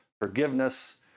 forgiveness